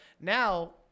Now